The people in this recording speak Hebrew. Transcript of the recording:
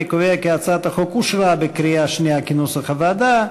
אני קובע כי הצעת החוק אושרה בקריאה שנייה כנוסח הוועדה.